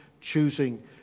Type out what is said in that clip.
choosing